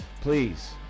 please